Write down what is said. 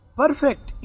perfect